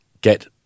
get